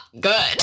good